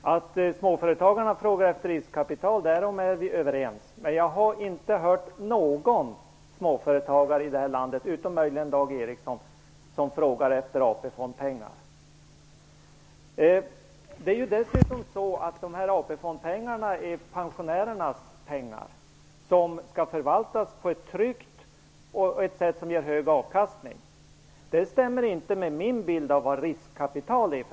Fru talman! Småföretagarna frågar efter riskkapital - därom är vi överens. Men jag har inte hört någon småföretagare i detta land, utom möjligen Dag Ericson, som frågar efter AP-fondspengar. Dessutom är AP-fondspengarna pensionärernas pengar. De skall förvaltas på ett tryggt sätt som ger hög avkastning. Det stämmer inte med min bild av vad riskkapital är.